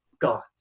gods